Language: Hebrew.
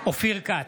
אופיר כץ,